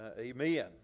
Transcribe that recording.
Amen